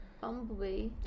Bumblebee